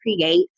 create